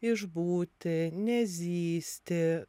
išbūti nezysti